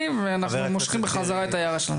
חשבתי ואנחנו מושכים את ההערה שלנו.